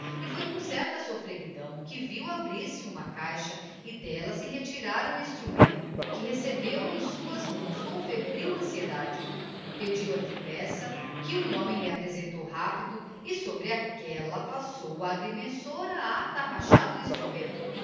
e foi com certa sofreguidão que viu abrir-se uma caixa e d'ella se retirar um instrumento que recebeu em suas mãos com febril anciedade pediu a tripeça que um homem lhe apresentou rápido e sobre aquella passou o agrimensor a atarrachar o instrumento